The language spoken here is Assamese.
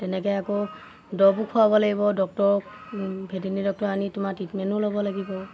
তেনেকে আকৌ দৰৱো খুৱাব লাগিব ডক্টৰক ভেটেইনিৰী ডক্টৰ আনি তোমাৰ ট্ৰিটমেণ্টো ল'ব লাগিব